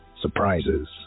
surprises